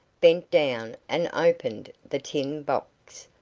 bent down and opened the tin box,